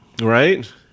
right